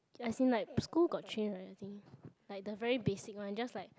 as in like school got train right I think like the very basic one just like